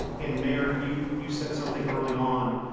and, mayor, you you said something early on,